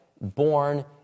born